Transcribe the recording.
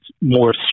more